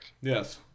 Yes